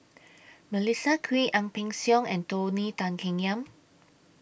Melissa Kwee Ang Peng Siong and Tony Tan Keng Yam